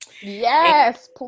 Yes